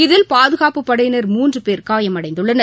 இதில் பாதுகாப்புப் படையினர் மூன்று பேர் காயமடைந்துள்ளனர்